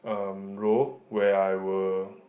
um role where I were